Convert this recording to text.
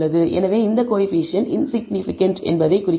எனவே இந்த coefficient insignificant என்பதைக் குறிக்கிறது